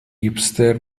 هیپستر